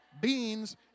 beans